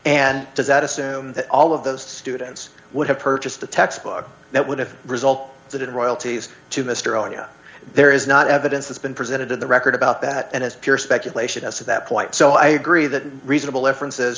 and does that assume that all of those students would have purchased the textbook that would have result that in royalties to mr onya there is not evidence that's been presented in the record about that and is pure speculation as to that quite so i agree that reasonable inferences